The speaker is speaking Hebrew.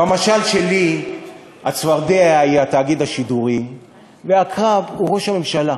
במשל שלי הצפרדע היא התאגיד הציבורי והעקרב הוא ראש הממשלה.